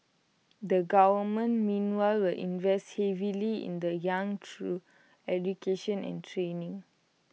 the government meanwhile will invest heavily in the young through education and training